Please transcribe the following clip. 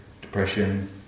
depression